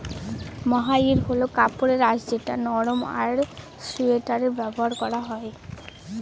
মহাইর হল কাপড়ের আঁশ যেটা নরম আর সোয়াটারে ব্যবহার করা হয়